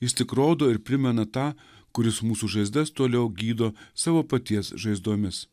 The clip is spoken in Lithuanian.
jis tik rodo ir primena tą kuris mūsų žaizdas toliau gydo savo paties žaizdomis